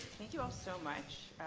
thank you all so much.